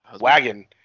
wagon